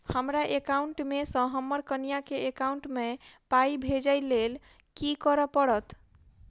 हमरा एकाउंट मे सऽ हम्मर कनिया केँ एकाउंट मै पाई भेजइ लेल की करऽ पड़त?